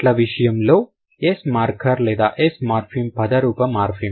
చెట్ల విషయములో s marker లేదా s మార్ఫిమ్ పదరూప మార్ఫిమ్